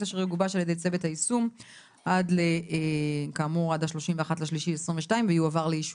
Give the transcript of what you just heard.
אשר יגובש על ידי צוות היישום עד ה-31.3.2022 ויועבר לאישורי".